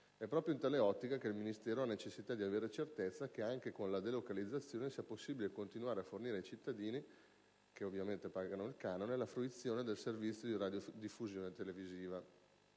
Proprio in tale ottica, il Ministero ha necessità di avere certezza che, anche con la delocalizzazione, sia possibile continuare a fornire ai cittadini - che ovviamente pagano un canone - la fruizione del servizio di radiodiffusione televisiva.